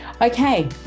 okay